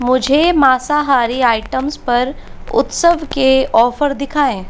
मुझे मांसाहारी आइटम्स पर उत्सव के ऑफर दिखाएँ